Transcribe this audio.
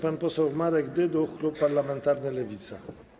Pan poseł Marek Dyduch, klub parlamentarny Lewica.